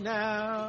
now